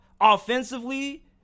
offensively